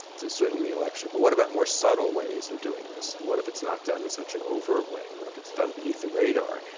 to swing the election. but what about more subtle ways of doing this? and what if it's not done in such an overt way? what if it's done beneath the radar?